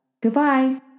Goodbye